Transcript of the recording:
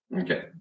Okay